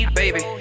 baby